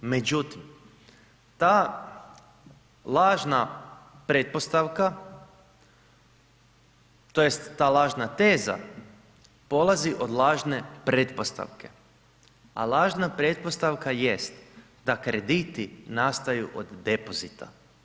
Međutim, ta lažna pretpostavka tj. ta lažna teza polazi od lažne pretpostavke, a lažna pretpostavka jest da krediti nastaju od depozita.